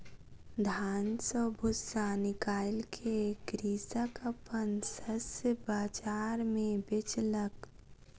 धान सॅ भूस्सा निकाइल के कृषक अपन शस्य बाजार मे बेचलक